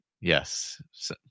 yes